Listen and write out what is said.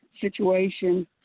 situation